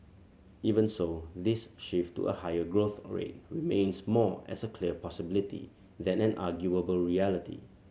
even so this shift to a higher growth rate remains more as a clear possibility than an unarguable reality